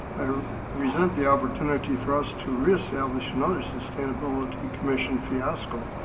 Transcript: resent the opportunity for us to reestablish another sustainability commission fiasco.